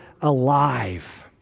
alive